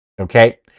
Okay